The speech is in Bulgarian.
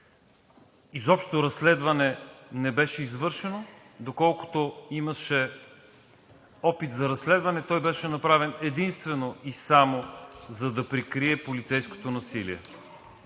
Изобщо разследване не беше извършено. Доколкото имаше опит за разследване, той беше направен единствено и само за да прикрие полицейското насилие,